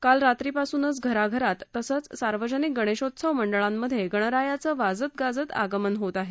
काल रात्रीपासूनच घराघरात तसंच सार्वजनिक गणेशोत्सव मंडळांत गणराजायाचं वाजत गाजत आगमन होतं आहे